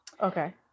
Okay